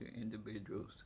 individuals